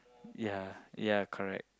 ya ya correct